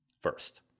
first